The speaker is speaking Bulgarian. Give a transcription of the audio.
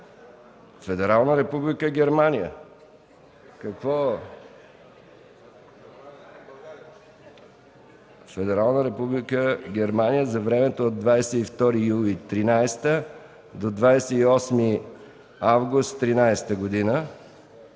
Федерална република Германия за времето от 22 юли 2013 г. до 28 август 2013 г.